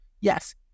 Yes